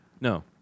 No